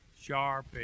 sharp